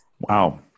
Wow